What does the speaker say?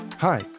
Hi